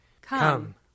Come